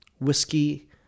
whiskey